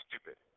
stupid